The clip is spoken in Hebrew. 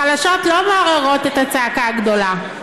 החלשות לא מעוררות את הצעקה הגדולה.